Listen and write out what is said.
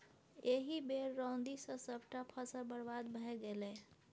एहि बेर रौदी सँ सभटा फसल बरबाद भए गेलै